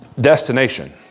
destination